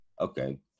Okay